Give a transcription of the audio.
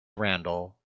randall